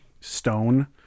stone